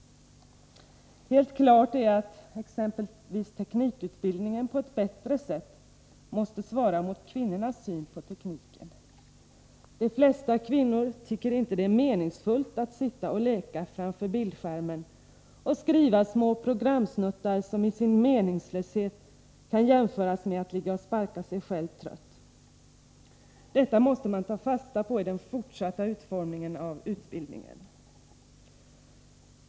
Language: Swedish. Helt klart är att exempelvis teknikutbildningen på ett bättre sätt måste svara mot kvinnornas syn på tekniken — de flesta kvinnor tycker inte att det är meningsfullt att sitta och leka framför bildskärmen och skriva små programsnuttar, vilket i sin meningslöshet kan jämföras med att ligga och sparka sig själv trött. Detta måste man ta fasta på i den fortsatta utformningen av utbildningen.